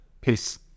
Peace